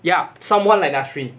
ya someone like nasreen